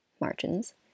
margins